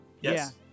yes